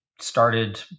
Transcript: started